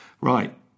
Right